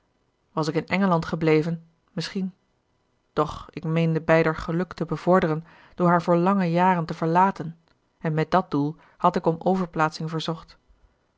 was ik in engeland gebleven misschien doch ik meende beider geluk te bevorderen door haar voor lange jaren te verlaten en met dat doel had ik om overplaatsing verzocht